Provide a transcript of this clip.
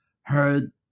heard